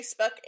Facebook